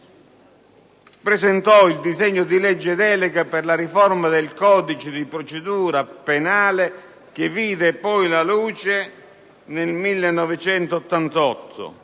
presentò il disegno di legge delega per la riforma del codice di procedura penale, che vide poi la luce nel 1988